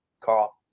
Carl